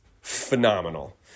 phenomenal